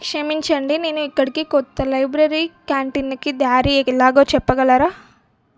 క్షమించండి నేను ఇక్కడికి కొత్త లైబ్రరీ క్యాంటీన్కి దారి ఎలాగో చెప్పగలరా